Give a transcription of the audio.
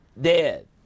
dead